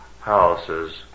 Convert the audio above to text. houses